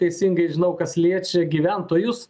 teisingai žinau kas liečia gyventojus